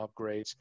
upgrades